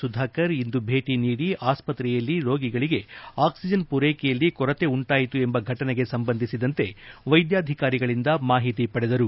ಸುಧಾಕರ್ ಇಂದು ಭೇಟಿ ನೀಡಿ ಆಸ್ತತೆಯಲ್ಲಿ ರೋಗಿಗಳಿಗೆ ಅಕ್ಷಿಜನ್ ಪೂರೈಕೆಯಲ್ಲಿ ಕೊರತೆ ಉಂಟಾಯಿತು ಎಂಬ ಘಟನೆಗೆ ಸಂಬಂಧಿಸಿದಂತೆ ವೈದ್ಯಾಧಿಕಾರಿಗಳಿಂದ ಮಾಹಿತಿ ಪಡೆದರು